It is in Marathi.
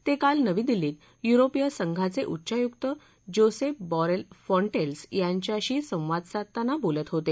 ते काल नवी दिल्लीत युरोपीय संघाचे उच्चायुक्त जोसेप बॉरेल फॉन्टेल्स यांच्याशी संवाद साधताना बोलत होते